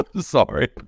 Sorry